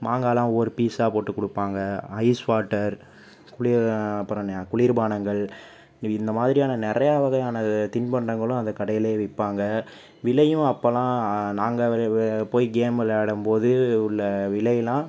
மாங்காயெல்லாம் ஒவ்வொரு பீஸாக போட்டு கொடுப்பாங்க ஐஸ் வாட்டர் குளிர் அப்புறம் என்ன குளிர்பானங்கள் இந்த மாதிரியான நிறைய வகையான தின்பண்டங்களும் அந்த கடைலையே விற்பாங்க விலையும் அப்போல்லாம் நாங்கள் போயி கேம் வெளாடும் போது உள்ள விலையெல்லாம்